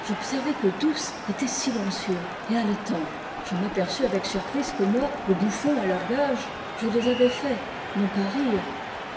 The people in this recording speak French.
j'observai que tous étaient silencieux et haletans je m'aperçus avec surprise que moi le bouffon à leurs gages je les avais fait non pas rire